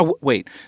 Wait